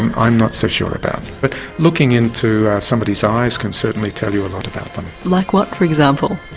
i'm not so sure about, but looking into somebody's eyes can certainly tell you a lot about them. like what, for example?